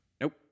Nope